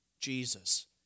Jesus